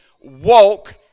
walk